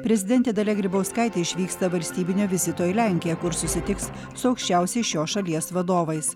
prezidentė dalia grybauskaitė išvyksta valstybinio vizito į lenkiją kur susitiks su aukščiausiais šios šalies vadovais